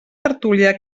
tertúlia